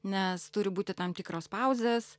nes turi būti tam tikros pauzės